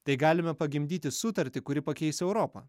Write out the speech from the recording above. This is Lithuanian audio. tai galime pagimdyti sutartį kuri pakeis europą